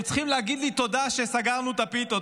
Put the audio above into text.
צריכים להגיד לי תודה שסגרנו את הפיתות,